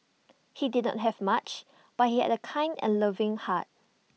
he did not have much but he had A kind and loving heart